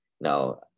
now